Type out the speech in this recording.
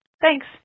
Thanks